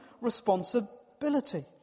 responsibility